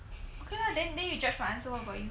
okay lah then then you judge my answer what about you